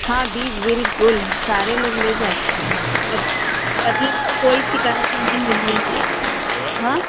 हाँ बीज बिल्कुल सारे लोग ले जा चुके हैं कभ कभी हमको कोई शिकायत नहीं मिली है हाँ